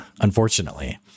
unfortunately